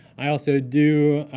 i also do